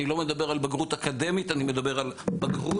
אני לא מדבר על בגרות אקדמית, אני מדבר על בגרות.